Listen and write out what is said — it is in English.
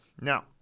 Now